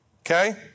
Okay